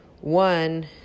One